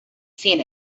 seen